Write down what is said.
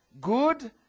good